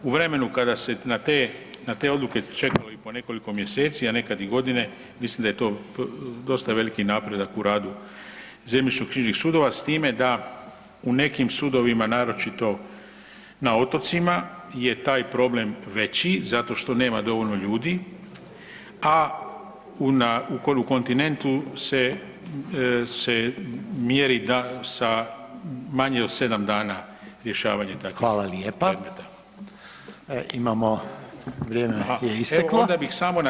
U vremenu kada se na te odluke čekalo i po nekoliko mjeseci, a nekad i godine mislim da je to dosta veliki napredak u radu zemljišno-knjižnih sudova s time da u nekim sudovima naročito na otocima je taj problem veći zato što nema dovoljno ljudi, a u, na kontinentu se, se mjeri sa manje od 7 dana rješavanje takvih predmeta.